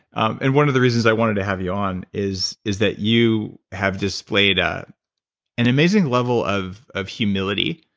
um and one of the reasons i wanted to have you on is is that you have displayed ah an amazing level of of humility,